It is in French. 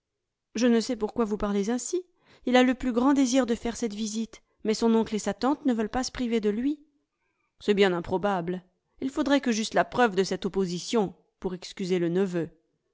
je ne sais pourquoi vous parlez ainsi il a le plus grand désir de faire cette visite mais son oncle et sa tante ne veulent pas se priver de lui c'est bien improbable il faudrait que j'eusse la preuve de cette opposition pour excuser le neveu